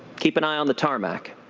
keep an eye on the tarmac,